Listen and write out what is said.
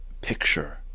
picture